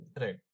Right